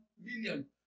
million